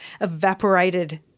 evaporated